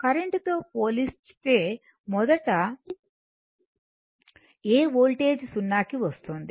current తో పోల్చితే మొదట ఏ వోల్టేజ్ 0 కి వస్తోంది